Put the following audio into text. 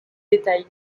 détail